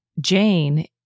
Jane